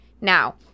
Now